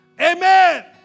Amen